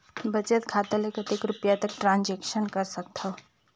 बचत खाता ले कतेक रुपिया तक ट्रांजेक्शन कर सकथव?